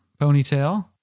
ponytail